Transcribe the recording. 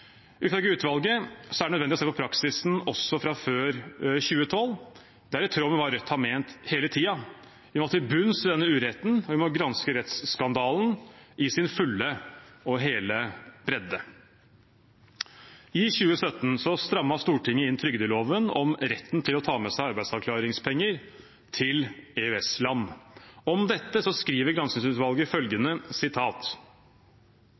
Ifølge utvalget er det nødvendig å se på praksisen også fra før 2012. Det er i tråd med det Rødt har ment hele tiden. Vi må til bunns i denne uretten, vi må granske rettsskandalen i sin fulle og hele bredde. I 2017 strammet Stortinget inn trygdeloven, om retten til å ta med seg arbeidsavklaringspenger til EØS-land. Om dette skriver